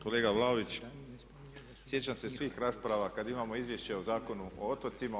Kolega Vlaović, sjećam se svih rasprava kada imamo izvješće o Zakonu o otocima.